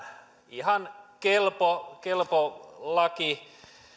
ihan kelpo kelpo laki